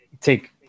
take